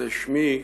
זה שמי,